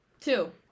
Two